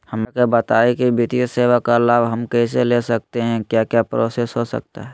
हमरा के बताइए की वित्तीय सेवा का लाभ हम कैसे ले सकते हैं क्या क्या प्रोसेस हो सकता है?